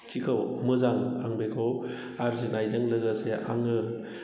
थिखौ मोजां आं बेखौ आरजिनायजों लोगोसे आङो